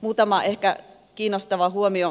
muutama ehkä kiinnostava huomio